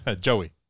joey